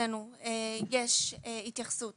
יש התייחסות